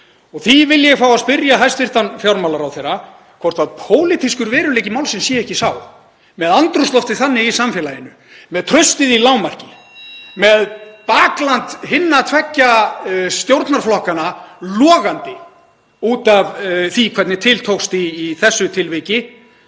Því vil ég fá að spyrja hæstv. fjármálaráðherra hvort pólitískur veruleiki málsins sé ekki sá, með andrúmsloftið þannig í samfélaginu, með traustið í lágmarki, (Forseti hringir.) með bakland hinna tveggja stjórnarflokkanna logandi út af því hvernig til tókst í þessu tilviki,